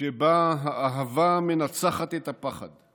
שבה אהבה מנצחת את הפחד.